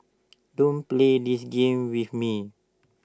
don't play this game with me